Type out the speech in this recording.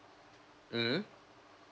mm